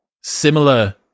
similar